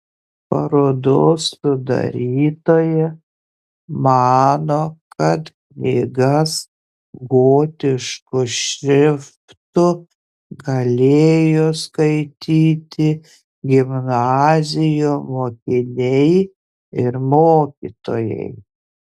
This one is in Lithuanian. parodos sudarytoja mano kad knygas gotišku šriftu galėjo skaityti gimnazijų mokiniai ir mokytojai